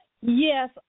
yes